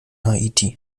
haiti